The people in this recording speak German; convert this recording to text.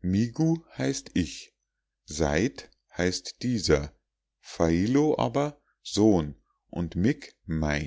migu heißt ich seit heißt dieser failo aber sohn und mig mein